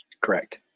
Correct